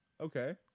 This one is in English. Okay